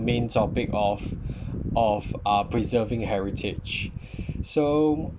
main topic of of uh preserving heritage so